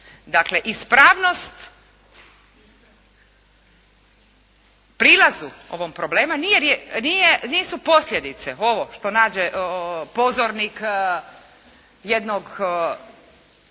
Dakle, ispravnost prilazu ovog problema nije, nisu posljedice ovo što nađe pozornik jednog